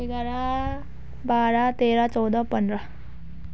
एघार बाह्र तेह्र चौध पन्ध्र